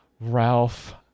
Ralph